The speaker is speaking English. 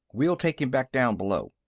we'll take him back down below.